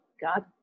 God